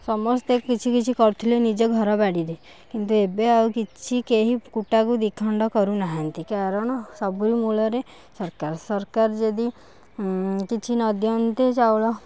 ସମସ୍ତେ କିଛି କିଛି କରୁଥିଲେ ନିଜ ଘର ବାଡ଼ିରେ କିନ୍ତୁ ଏବେ ଆଉ କିଛି କେହି କୁଟାକୁ ଦୁଇ ଖଣ୍ଡ କରୁନାହାଁନ୍ତି କାରଣ ସବୁରି ମୂଳରେ ସରକାର ସରକାର ଯଦି କିଛି ନ ଦିଅନ୍ତେ ଚାଉଳ